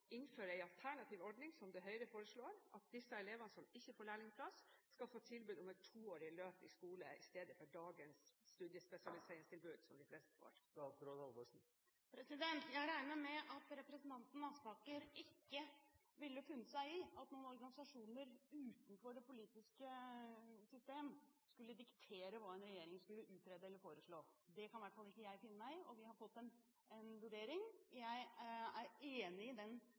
innføre en alternativ ordning, som den Høyre foreslår, slik at de elevene som ikke får lærlingplass, skal få tilbud om et toårig løp i skole i stedet for dagens studiespesialiseringstilbud, som de fleste får? Jeg regner med at representanten Aspaker ikke ville funnet seg i at noen organisasjoner utenfor det politiske system skulle diktere hva en regjering skulle utrede eller foreslå. Det kan i hvert fall ikke jeg finne meg i, og vi har fått en vurdering. Jeg er enig i den